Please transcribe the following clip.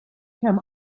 kemm